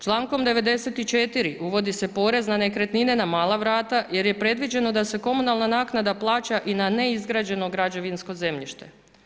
Člankom 94. uvodi se porez na nekretnine na mala vrata, jer je predviđeno da se komunalna naknada plaća i na neizgrađeno građevinsko zemljište.